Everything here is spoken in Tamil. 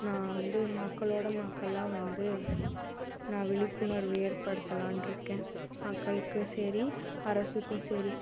நான் வந்து மக்களோடு மக்களாக வந்து நான் விழிப்புணர்வு ஏற்படுத்தலான்ட்டிருக்கேன் மக்களுக்கும் சரி அரசுக்கும் சரி